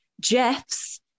Jeffs